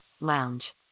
lounge